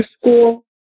School